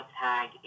tag